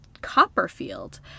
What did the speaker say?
Copperfield